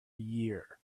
year